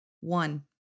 One